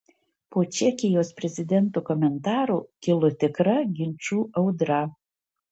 po čekijos prezidento komentarų kilo tikra ginčų audra